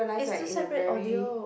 is two separate audio